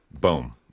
boom